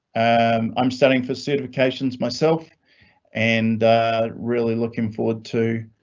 and i'm studying for certifications myself and really looking forward to,